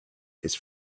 his